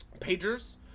pagers